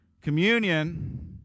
Communion